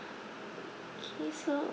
K so